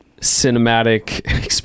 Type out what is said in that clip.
cinematic